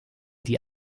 die